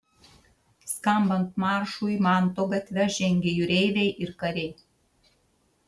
skambant maršui manto gatve žengė jūreiviai ir kariai